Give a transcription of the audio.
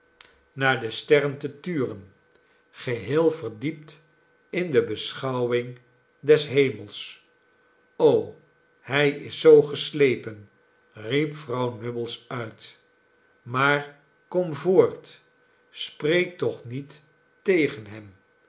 naar de sterren te turen geheel verdiept in de beschouwing des hemels hij is zoo geslepenl riep vrouw nubbles uit maar kom voort spreek toch niet tegen hem